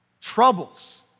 Troubles